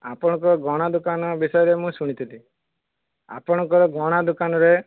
ଆପଣଙ୍କ ଗହଣା ଦୋକାନ ବିଷୟରେ ମୁଁ ଶୁଣିଥିଲି ଆପଣଙ୍କ ଗହଣା ଦୋକାନରେ